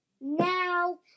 now